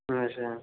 अच्छा